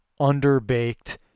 underbaked